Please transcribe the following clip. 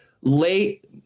late